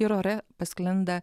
ir ore pasklinda